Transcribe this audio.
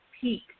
peak